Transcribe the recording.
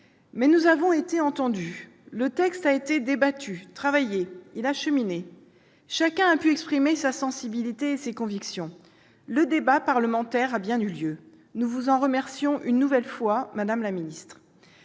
Mais nous avons été entendus. Le texte a été débattu, travaillé, il a cheminé. Chacun a pu exprimer sa sensibilité et ses convictions : le débat parlementaire a bien eu lieu. Nous vous en remercions une nouvelle fois, madame la ministre.